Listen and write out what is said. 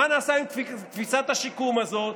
מה נעשה עם תפיסת השיקום הזאת?